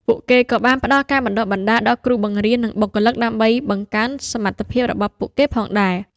ពួកគេក៏បានផ្តល់ការបណ្តុះបណ្តាលដល់គ្រូបង្រៀន និងបុគ្គលិក ដើម្បីបង្កើនសមត្ថភាពរបស់ពួកគេផងដែរ។